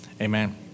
Amen